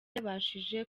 yabashije